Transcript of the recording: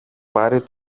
πάρει